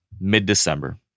mid-December